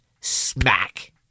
Smack